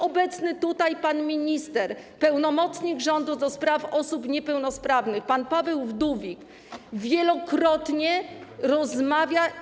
Obecny tutaj pan minister, pełnomocnik rządu do spraw osób niepełnosprawnych, pan Paweł Wdówik, wielokrotnie z nimi rozmawiał.